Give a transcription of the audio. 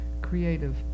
creative